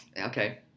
Okay